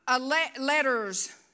letters